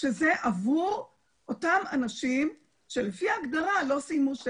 שזה עבור אותם אנשים שלפי ההגדרה לא סיימו 12